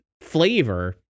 flavor